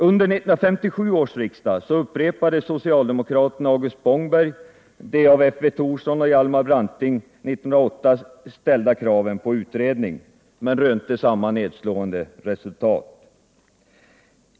Under 1957 upprepade socialdemokraten August Spångberg de av F. V. Thorsson och Hjalmar Branting år 1908 ställda kraven på en utredning men rönte samma nedslående resultat.